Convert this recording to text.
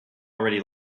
already